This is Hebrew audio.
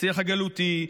לשיח הגלותי,